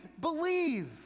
Believe